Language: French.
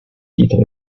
titres